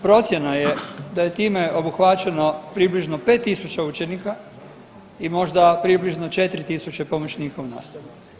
Procjena je da je time obuhvaćen o približno 5.000 učenika i možda približno 4.000 pomoćnika u nastavi.